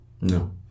No